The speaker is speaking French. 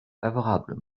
favorable